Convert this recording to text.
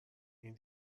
این